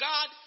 God